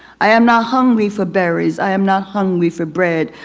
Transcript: i am not hungry for berries. i am not hungry for bread.